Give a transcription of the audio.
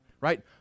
right